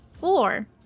Four